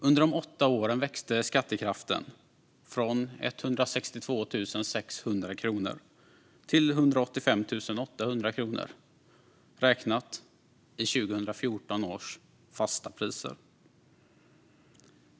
Under de åtta åren växte skattekraften från 162 600 kronor till 185 800 kronor, räknat i 2014 års fasta priser.